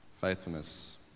Faithfulness